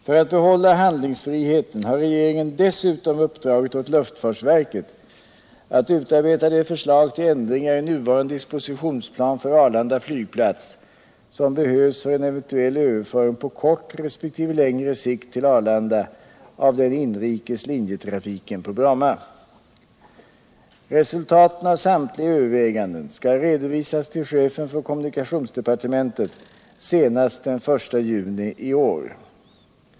För att behålla handlingsfriheten har regeringen dessutom uppdragit åt luftfartsverket att utarbeta de förslag till ändringar i nuvarande dispositionsplan för Arlanda flygplats som behövs för en eventuell överföring på kort resp. längre sikt till Arlanda av den inrikes linjetrafiken på Bromma. Resultaten av samtliga överväganden skall redovisas för chefen för kommunikationsdepartementet senast den 1 juni i år.